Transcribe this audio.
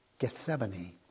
Gethsemane